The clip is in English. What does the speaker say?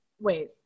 wait